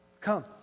come